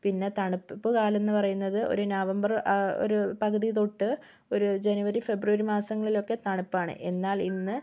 പിന്നെ തണുപ്പ് കാലമെന്ന് പറയുന്നത് ഒരു നവംബർ ഒരു പകുതി തൊട്ട് ഒരു ജനുവരി ഫെബ്രുവരി മാസങ്ങളിലൊക്കെ തണുപ്പാണ് എന്നാൽ ഇന്ന്